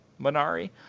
Minari